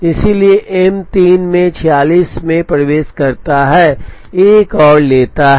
इसलिए एम 3 में 46 में प्रवेश करता है एक और लेता है